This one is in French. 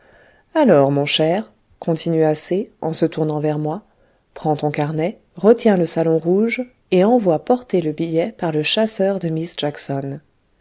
alors mon cher continua c en se tournant vers moi prends ton carnet retiens le salon rouge et envoie porter le billet par le chasseur de miss jackson